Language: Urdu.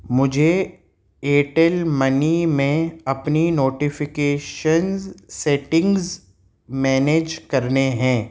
مجھے ایٹیل منی میں اپنی نوٹیفکیشنز سیٹنگز مینیج کرنے ہیں